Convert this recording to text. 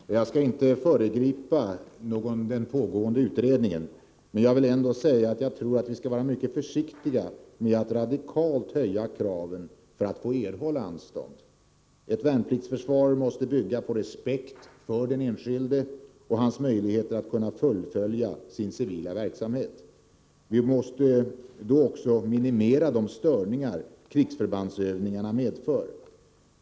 Herr talman! Jag skall inte föregripa den pågående utredningen, men jag vill ändå säga att jag tror att vi skall vara mycket försiktiga med att radikalt höja kraven för att erhålla anstånd. Ett värnpliktsförsvar måste bygga på respekt för den enskilde och hans möjligheter att fullfölja sin civila verksamhet. Vi måste då också minimera de störningar krigsförbandsövningarna medför.